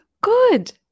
good